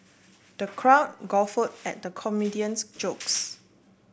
the crowd guffaw at the comedian's jokes